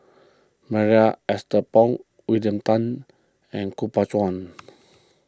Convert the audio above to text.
Marie Ethel Bong William Tan and Kuo Pao